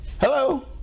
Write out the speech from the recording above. Hello